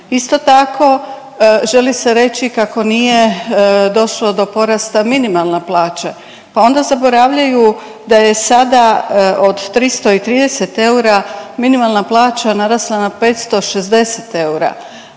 Isto tako, želi se reći kako nije došlo do porasta minimalne plaće, pa onda zaboravljaju da je sada od 330 eura minimalna plaća narasla na 560 eura.